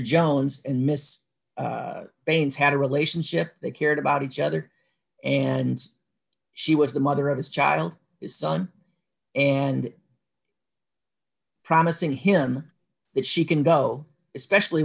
jones and miss baines had a relationship they cared about each other and she was the mother of his child son and promising him that she can go especially